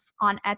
on